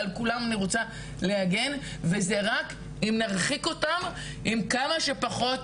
על כולם אני רוצתה להגן וזה רק אם נרחיק אותם עם כמה שפחות